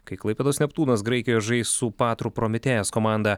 kai klaipėdos neptūnas graikijoje žais su patru prometėjas komanda